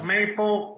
Maple